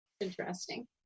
Interesting